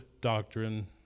doctrine